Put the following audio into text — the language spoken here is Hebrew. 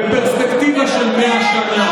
בפרספקטיבה של 100 שנה